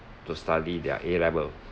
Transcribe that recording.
to study their A level